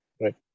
Right